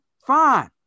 Fine